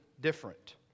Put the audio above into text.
different